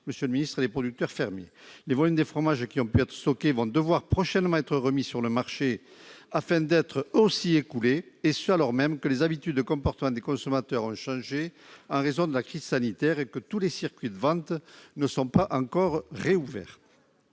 notamment les producteurs fermiers. Les volumes de fromages qui ont pu être stockés vont devoir prochainement être remis sur le marché afin d'être écoulés, et ce alors même que les habitudes de comportement des consommateurs ont changé en raison de la crise sanitaire, et que certains circuits de vente n'ont pas encore été